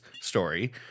story